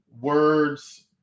words